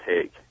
take